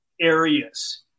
areas